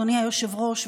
אדוני היושב-ראש,